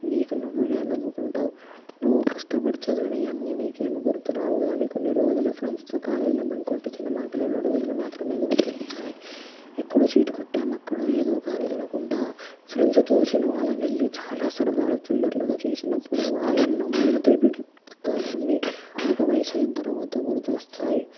నీకు నువ్వుగా నవ్వుకుంటావు నువ్వు కష్టపడి చదివినవన్నీ నీకు ఏమి గుర్తు రావు కానీ కొన్ని రోజులు ఫ్రెండ్స్తో కాలేజీలు బంక్ కొట్టి సినిమాకు వెళ్ళే రోజులు మాత్రమే గుర్తుంటాయి ఇక్కడో సీటు కొట్టాం అక్కడో ఏదో కారెకరాకుంటా ఫ్రెండ్స్తో సినిమాలకు వెళ్ళి చాలా సరదాగా చిల్లర్లుగా చేసినప్పుడు అవెన్నో మధుర తీపి జ్ఞాపకాలన్నీ ఒక వయసు అయిన తర్వాత గుర్తుకు వస్తాయి